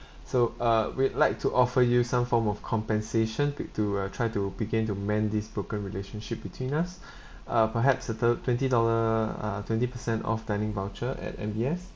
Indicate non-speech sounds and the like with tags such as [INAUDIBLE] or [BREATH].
so uh we'd like to offer you some form of compensation bid to uh try to begin to mend this broken relationship between us [BREATH] uh perhaps a thir~ twenty dollar uh twenty percent off dining voucher at M_B_S